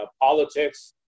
politics